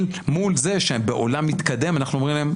אל מול זה שבעולם מתקדם אנחנו אומרים להם,